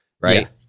Right